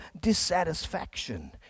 dissatisfaction